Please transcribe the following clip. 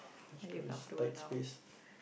this place tight space